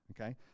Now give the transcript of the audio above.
Okay